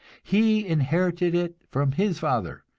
he inherited it from his father.